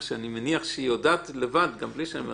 מניח שהיא יודעת לבד גם בלי שאני אומר